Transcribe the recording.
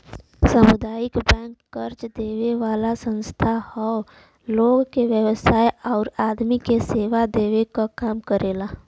सामुदायिक बैंक कर्जा देवे वाला संस्था हौ लोग के व्यवसाय आउर आदमी के सेवा देवे क काम करेला